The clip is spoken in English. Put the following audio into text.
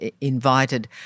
invited